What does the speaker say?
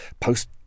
post